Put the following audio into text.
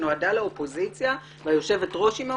שנועדה לאופוזיציה והיושבת-ראש היא מהאופוזיציה,